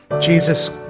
Jesus